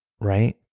Right